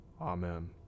Amen